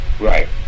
Right